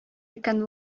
икән